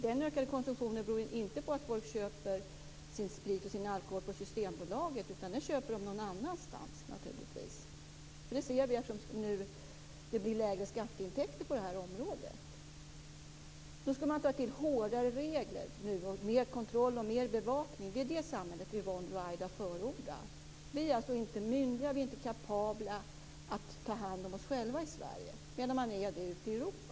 Den ökade konsumtionen beror inte på att folk köper sin sprit och sin alkohol på Systembolaget, utan den köper de naturligtvis någon annanstans. Det ser vi på att det blir lägre skatteintäkter på detta område. Då skulle man ta till hårdare regler, mer kontroll och mer bevakning. Det är det samhället Yvonne Ruwaida förordar. Vi är alltså inte myndiga eller kapabla att ta hand om oss själva i Sverige, medan man är det ute i Europa.